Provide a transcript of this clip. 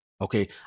Okay